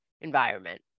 environment